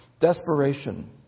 desperation